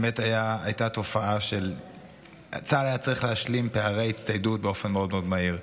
הייתה תופעה שצה"ל היה צריך להשלים פערי הצטיידות באופן מאוד מאוד מהיר.